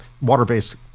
water-based